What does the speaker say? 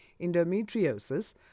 endometriosis